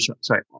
sorry